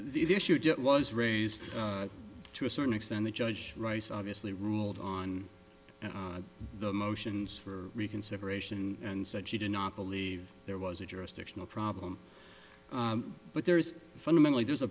the issue was raised to a certain extent the judge rice obviously ruled on the motions for reconsideration and said she did not believe there was a jurisdictional problem but there is fundamentally there's a